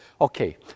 Okay